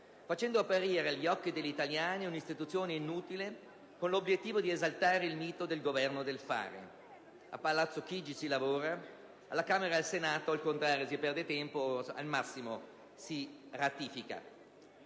facendolo apparire agli occhi degli italiani un'istituzione inutile, con l'obiettivo di esaltare il mito del Governo del fare: a Palazzo Chigi si lavora, alla Camera e al Senato, al contrario, si perde tempo o al massimo si ratifica.